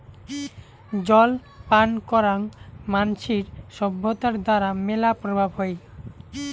জল পান করাং মানসির সভ্যতার দ্বারা মেলা প্রভাব হই